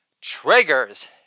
triggers